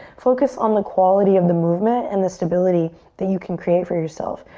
focus on the quality of the movement and the stability that you can create for yourself.